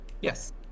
Yes